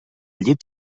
llit